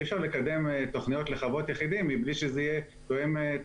אי אפשר לקדם תוכניות לחוות יחידים מבלי שזה יהיה תואם את